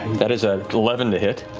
that is a eleven to hit.